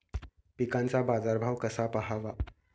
पिकांचा बाजार भाव कसा पहावा?